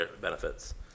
Benefits